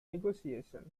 negotiation